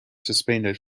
suspended